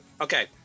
Okay